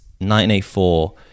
1984